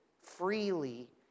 freely